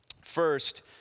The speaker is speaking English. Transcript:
first